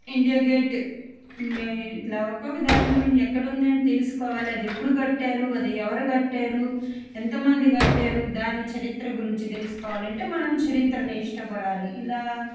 India gate ఇట్లా ఒక్కొక్క దాని గురించి ఎక్కడ ఉంది అని తెలుసుకోవాలి అది ఎప్పుడు కట్టారు అది ఎవరు కట్టారు ఎంతమంది కట్టారు దాని చరిత్ర గురించి తెలుసుకోవాలి అంటే మనం చరిత్రని ఇష్టపడాలి ఇలా